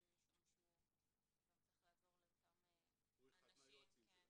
משום שהוא צריך לעזור לאותם אנשים -- הוא אחד מהיועצים שלנו כמובן.